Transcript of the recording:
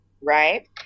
right